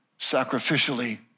sacrificially